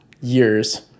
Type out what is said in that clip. years